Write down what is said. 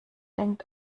denkt